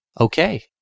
Okay